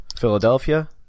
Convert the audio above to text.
Philadelphia